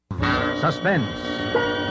Suspense